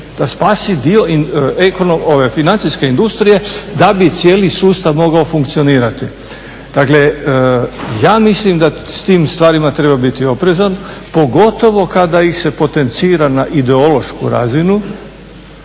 da spasi dio financijske industrije da bi cijeli sustav mogao funkcionirati. Dakle, ja mislim da s tim stvarima treba biti oprezan pogotovo kada ih se potencira na ideološku razinu,